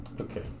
Okay